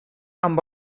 amb